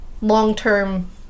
long-term